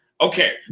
okay